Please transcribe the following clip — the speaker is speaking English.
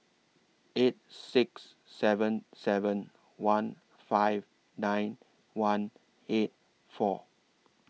eight six seven seven one five nine one eight four